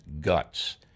guts